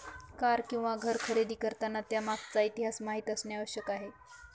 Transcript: car किंवा घर खरेदी करताना त्यामागचा इतिहास माहित असणे आवश्यक आहे